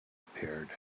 appeared